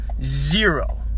Zero